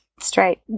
straight